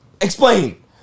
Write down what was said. explain